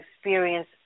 experience